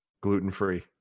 gluten-free